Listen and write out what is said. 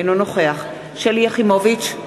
אינו נוכח שלי יחימוביץ,